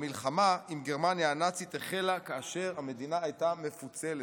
המלחמה עם גרמניה הנאצית החלה כאשר המדינה הייתה מפוצלת.